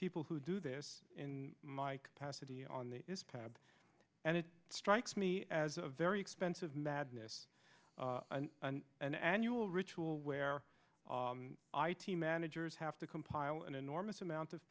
people who do this in my capacity on the pad and it strikes me as a very expensive madness and an annual ritual where i team managers have to compile an enormous amount of